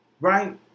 Right